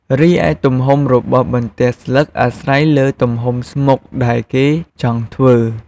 រីឯ ទំហំរបស់បន្ទះស្លឹកអាស្រ័យលើទំហំស្មុកដែលគេចង់ធ្វើ។